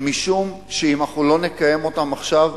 משום שאם אנחנו לא נקיים אותם עכשיו,